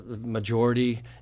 majority